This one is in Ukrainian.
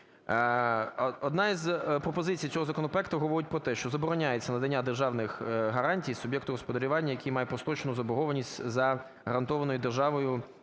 Одна із пропозицій цього законопроекту говорить про те, що забороняється надання державних гарантій суб'єкту господарювання, який має прострочену заборгованість за гарантованим державою